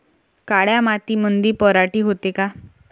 काळ्या मातीमंदी पराटी होते का?